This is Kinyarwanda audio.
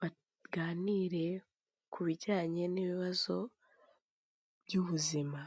baganire ku bijyanye n'ibibazo by'ubuzima.